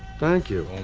thank you.